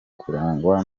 kurangwa